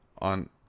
on